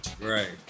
Right